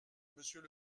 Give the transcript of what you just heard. monsieur